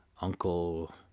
Uncle